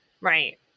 right